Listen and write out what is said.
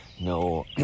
no